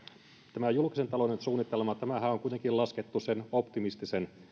tämä julkisen talouden suunnitelmahan on kuitenkin laskettu sen optimistisen